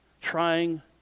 trying